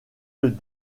les